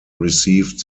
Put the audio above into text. received